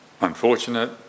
unfortunate